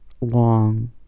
long